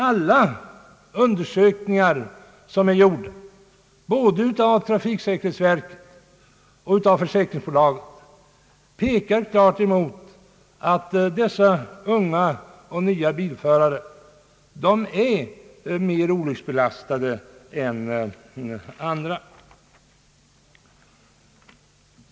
Alla undersökningar som är gjorda, både i trafiksäkerhetsverket och försäkringsbolagen, pekar klart mot att dessa unga och nya bilförare är mer olycksbelastade än andra.